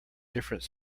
different